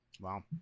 Wow